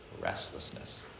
restlessness